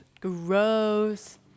Gross